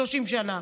30 שנה,